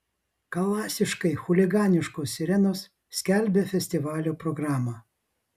klasiškai chuliganiškos sirenos skelbia festivalio programą